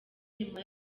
nyuma